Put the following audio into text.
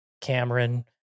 Cameron